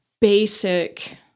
basic